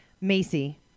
Macy